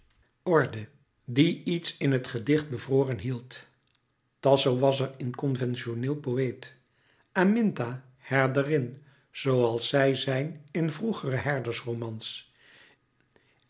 orde die iets in het gedicht bevroren hield tasso was er in conventioneel poëet aminta herderin zooals zij zijn in vroegere herderromans